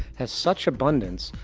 has such abundance,